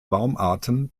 baumarten